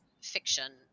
fiction